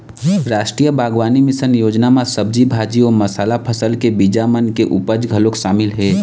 रास्टीय बागबानी मिसन योजना म सब्जी भाजी अउ मसाला फसल के बीजा मन के उपज घलोक सामिल हे